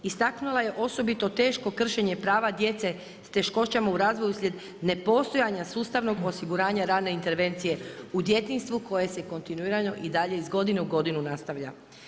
Istaknula je osobito teško kršenje prava djece s teškoćama u razvoju uslijed nepostojanja sustavnog osiguranja radne intervencije u djetinjstvu koje se kontinuirano i dalje iz godine u godinu nastavlja.